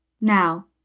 Now